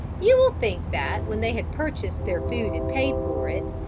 you will think that when they had purchased their food and paid for it,